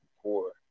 poor